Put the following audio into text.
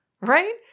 right